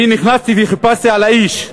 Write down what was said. אני נכנסתי וחיפשתי על האיש.